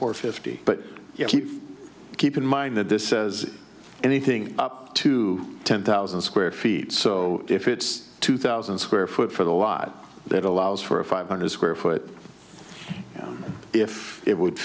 four fifty but you keep keep in mind that this says anything up to ten thousand square feet so if it's two thousand square foot for the lot that allows for a five hundred square foot if it would